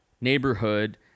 neighborhood